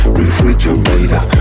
refrigerator